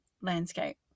landscape